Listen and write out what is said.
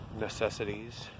necessities